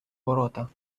ворота